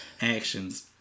actions